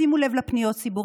שימו לב לפניות הציבור.